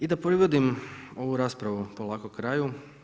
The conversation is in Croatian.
I da privodim ovu raspravu polako kraju.